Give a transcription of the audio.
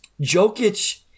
Jokic